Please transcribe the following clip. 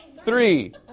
three